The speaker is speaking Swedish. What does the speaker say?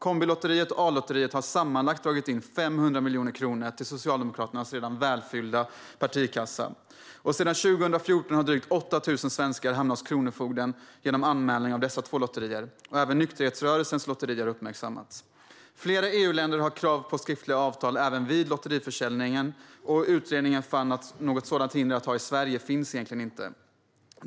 Kombilotteriet och A-lotteriet har sammanlagt dragit in 500 miljoner kronor till Socialdemokraternas redan välfyllda partikassa. Sedan 2014 har drygt 8 000 svenskar hamnat hos Kronofogden genom anmälan från dessa två lotterier. Även nykterhetsrörelsens lotteri har uppmärksammats. Flera EU-länder har krav på skriftliga avtal även vid lotteriförsäljning, och utredningen fann att det egentligen inte finns något hinder för detta i Sverige.